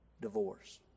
divorce